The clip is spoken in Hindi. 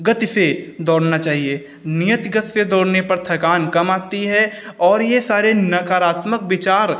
गति से दौड़ना चाहिए नियत गति से दौड़ने पर थकान कम आती है और ये सारे नकारात्मक विचार